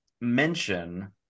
mention